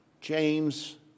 James